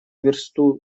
версту